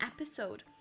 episode